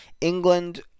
England